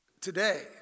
today